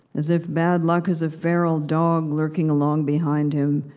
as if bad luck is a feral dog lurking along behind him,